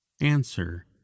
answer